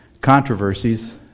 controversies